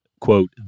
quote